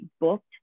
booked